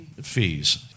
fees